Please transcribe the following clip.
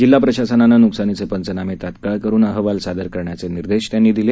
जिल्हा प्रशासनानं नुकसानीचे पंचनामे तत्काळ तयार करून अहवाल सादर करण्याचे निर्देश त्यांनी दिले